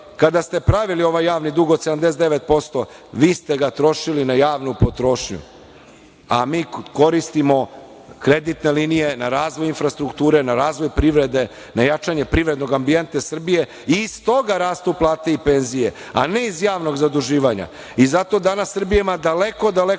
kada ste pravili ovaj javni dug od 79% vi ste ga trošili na javnu potrošnju, a mi koristimo kreditne linije na razvoj infrastrukture, na razvoj privrede, na jačanje privrednog ambijenta Srbije i stoga rastu plate i penzije, a ne iz javnog zaduživanja. Zato danas Srbija ima daleko, daleko